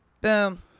boom